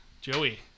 Joey